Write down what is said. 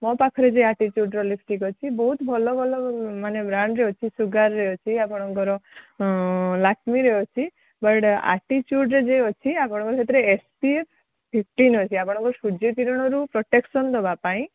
ମୋ ପାଖରେ ବି ଆଟିଚୁଡ଼୍ର ଲିପଷ୍ଟିକ୍ ଅଛି ବହୁତ ଭଲ ଭଲ ମାନେ ବ୍ରାଣ୍ଡର ଅଛି ସୁଗାର୍ର ଅଛି ଆପଣଙ୍କର ଲାକମିର ଅଛି ବଟ୍ ଆଟିଚୁଡ଼୍ର ଯେଉଁ ଅଛି ଆପଣଙ୍କ ସେଥିରେ ଏସ୍ ପି ଏଫ୍ ଫିଫଟିନ୍ ଅଛି ଆପଣଙ୍କୁ ସୂର୍ଯ୍ୟକିରଣରୁ ପ୍ରୋଟେକ୍ସନ୍ ଦେବା ପାଇଁ